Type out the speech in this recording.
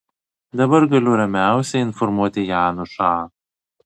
dabar galiu ramiausiai informuoti janušą